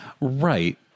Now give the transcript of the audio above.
Right